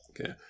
Okay